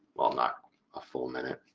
well not a full minute,